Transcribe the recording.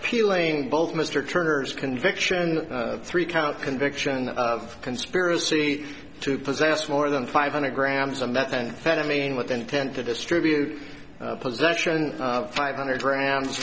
appealing both mr turner's conviction of three count conviction of conspiracy to possess more than five hundred grams of methamphetamine with intent to distribute possession five hundred grams